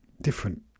different